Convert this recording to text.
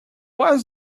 was